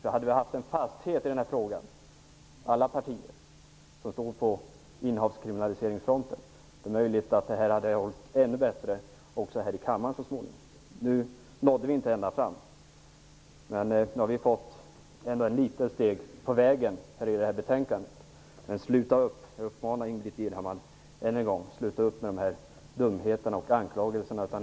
Om alla partier som står för en kriminalisering av innehav av barnpornografi hade haft en fasthet i den här frågan hade det kanske hållit ännu bättre även här i kammaren så småningom. Nu nådde vi inte ända fram, men vi har kommit ett litet steg på vägen genom det här betänkandet. Jag uppmanar än en gång Ingbritt Irhammar att sluta upp med dessa dumheter och anklagelser.